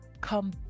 come